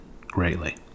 greatly